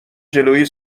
جلوی